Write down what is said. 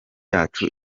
yacu